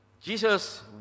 Jesus